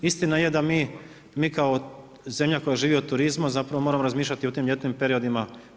Istina jest da mi, mi kao zemlja koja živi od turizma, zapravo moramo razmišljati i o tim ljetnim periodima.